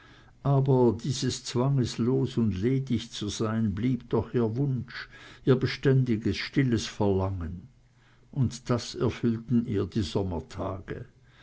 aber dieses zwanges los und ledig zu sein blieb doch ihr wunsch ihr beständiges stilles verlangen und das erfüllten ihr die sommertage